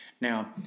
Now